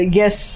yes